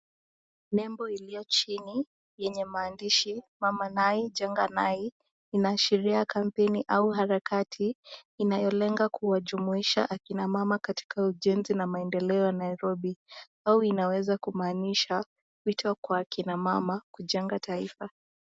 Nembo iliyo chini yenye maandishi "Mama Nai Jenga Nai" inaashiria kampeni au harakati inayolenga kuwajumuisha akina mama katika ujenzi na maendeleo ya Nairobi, au inaweza kumaanisha wito kwa akina mama kujenga taifa.